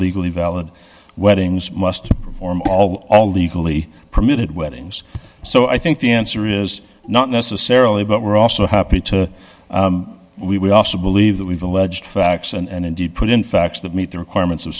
legally valid weddings must perform all legally permitted weddings so i think the answer is not necessarily but we're also happy to we also believe that we've alleged facts and indeed put in facts that meet the requirements of